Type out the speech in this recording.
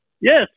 Yes